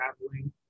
traveling